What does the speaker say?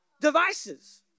devices